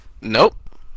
Nope